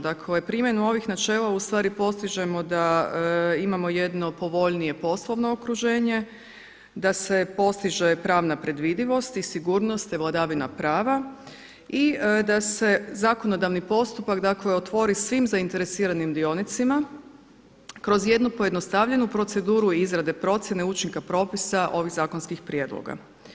Dakle primjenom ovih načela ustvari postižemo da imamo jedno povoljnije poslovno okruženje, da se postiže pravna predvidivost i sigurnost i da se zakonodavni postupak dakle otvori svim zainteresiranim dionicima kroz jednu pojednostavljenu proceduru izrade procjene učinka propisa ovih zakonskih prijedloga.